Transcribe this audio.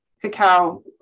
cacao